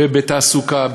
ובתעסוקה,